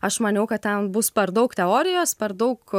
aš maniau kad ten bus per daug teorijos per daug